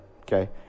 Okay